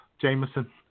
Jameson